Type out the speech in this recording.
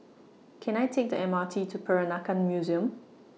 Can I Take The M R T to Peranakan Museum